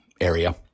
area